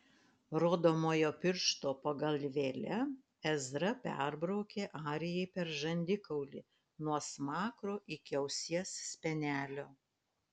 rodomojo piršto pagalvėle ezra perbraukė arijai per žandikaulį nuo smakro iki ausies spenelio